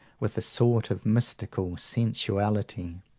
with a sort of mystical sensuality.